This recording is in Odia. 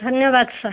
ଧନ୍ୟବାଦ ସାର୍